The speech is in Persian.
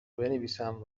بنویسم